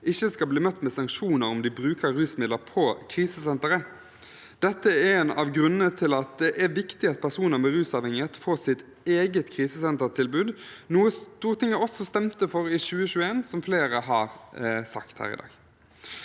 ikke skal bli møtt med sanksjoner om de bruker rusmidler på krisesenteret. Dette er en av grunnene til at det er viktig at personer med rusavhengighet får sitt eget krisesentertilbud, noe Stortinget også stemte for i 2021, som flere har sagt her i dag.